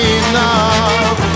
enough